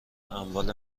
اموال